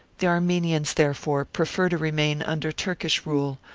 the armenians, therefore, prefer to remain under turkish rule,